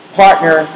partner